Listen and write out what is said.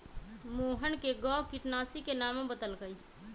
मोहन कै गो किटनाशी के नामो बतलकई